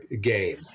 game